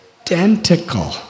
identical